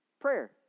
Prayer